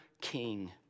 king